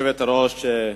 גברתי היושבת-ראש,